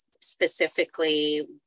specifically